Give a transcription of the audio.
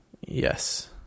Yes